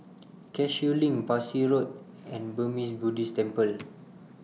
Cashew LINK Parsi Road and Burmese Buddhist Temple